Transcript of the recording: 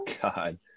God